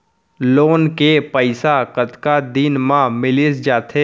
Loan के पइसा कतका दिन मा मिलिस जाथे?